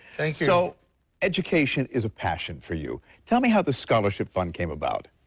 so education is a passion for you, tell me how the scholarship fund came about.